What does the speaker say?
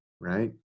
right